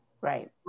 right